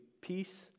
peace